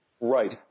Right